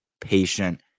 patient